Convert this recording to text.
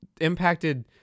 impacted